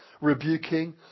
rebuking